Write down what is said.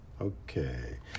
Okay